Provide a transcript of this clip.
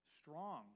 strong